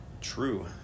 True